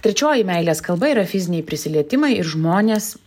trečioji meilės kalba yra fiziniai prisilietimai ir žmonės